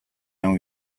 egon